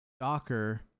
Docker